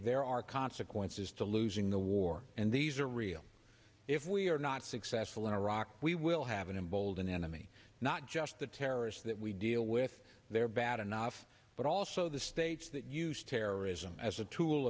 there are consequences to losing the war and these are real if we are not successful in iraq we will have an emboldened enemy not just the terrorists that we deal with they're bad enough but also the states that use terrorism as a tool